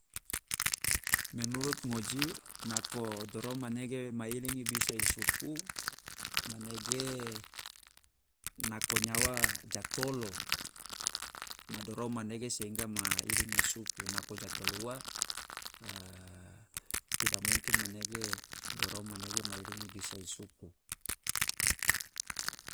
Menurut ngoji nako dorom manege ma idingi bisa i supu manege nako nyawa ja tolo, ma dorom manege sehingga ma iding i supu, nako ja tolo ua tida mungkin manege dorom manege ma idingi bisa i supu